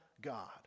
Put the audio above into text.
God